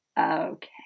okay